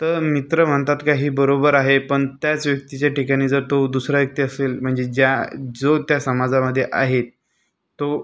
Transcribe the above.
तर मित्र म्हणतात का हे बरोबर आहे पण त्याच व्यक्तीच्या ठिकाणी जर तो दुसरा व्यक्ती असेल म्हणजे ज्या जो त्या समाजामध्ये आहे तो